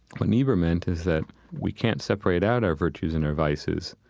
what niebuhr meant is that we can't separate out our virtues and our vices.